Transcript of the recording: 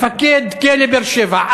מפקד כלא באר-שבע,